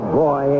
boy